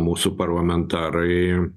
mūsų parlamentarai